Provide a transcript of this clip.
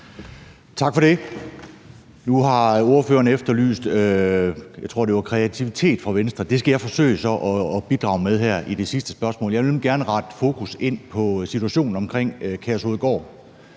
Tak for det. Nu har ordføreren efterlyst, jeg tror det var kreativitet fra Venstre. Det skal jeg så forsøge at bidrage med her i det sidste spørgsmål. Jeg vil nemlig gerne rette fokus ind på situationen omkring Kærshovedgård.